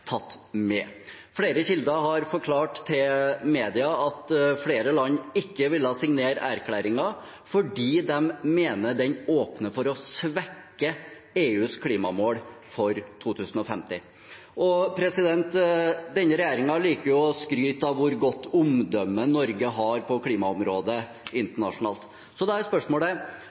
tatt med. Flere kilder har forklart til media at flere land ikke ville signere erklæringen, fordi de mener den åpner for å svekke EUs klimamål for 2050. Denne regjeringen liker jo å skryte av hvor godt omdømme Norge har på klimaområdet internasjonalt. Da er spørsmålet: